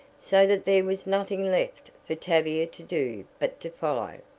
so that there was nothing left for tavia to do but to follow.